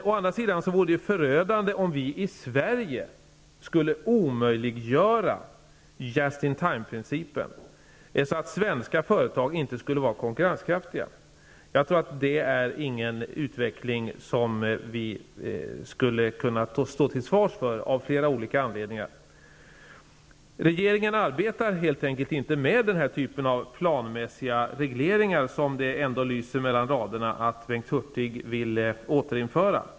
Å andra sidan vore det förödande om vi i Sverige skulle omöjliggöra just-in-time-principen, så att svenska företag inte skulle vara konkurrenskraftiga. Av flera olika anledningar tror jag inte att det är en utveckling som vi skulle kunna stå till svars för. Regeringen arbetar helt enkelt inte med den här typen av planmässiga regleringar, som det ändå lyser mellan raderna att Bengt Hurtig vill återinföra.